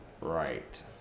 right